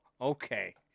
Okay